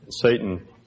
Satan